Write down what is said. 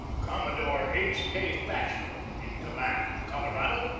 commodore h. k. thatcher, in command of the colorado,